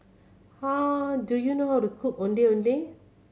do you know how to cook Ondeh Ondeh